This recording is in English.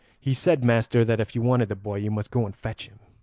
he said, master, that if you wanted the boy you must go and fetch him.